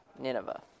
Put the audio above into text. Nineveh